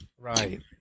Right